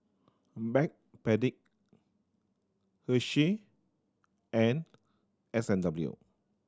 Backpedic Hershey and S and W